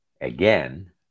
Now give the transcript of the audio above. again